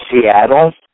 Seattle